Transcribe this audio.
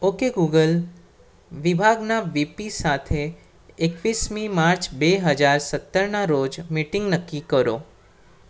okay Google વિભાગના VP સાથે એકવીસમી માર્ચ બે હજાર સત્તરના રોજ મીટિંગ નક્કી કરો